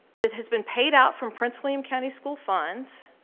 that has been paid out from prince william county school funds.